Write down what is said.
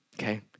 Okay